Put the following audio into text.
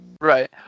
right